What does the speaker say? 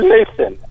Listen